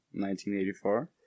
1984